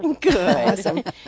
Good